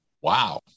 Wow